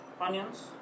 onions